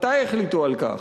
מתי החליטו על כך?